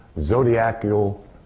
zodiacal